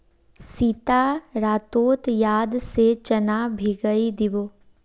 सीता रातोत याद से चना भिगइ दी बो